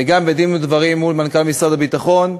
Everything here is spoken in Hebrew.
וגם בדין ודברים מול מנכ"ל משרד הביטחון,